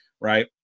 Right